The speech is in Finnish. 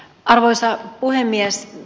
arvoisa puhemies